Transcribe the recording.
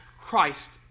Christ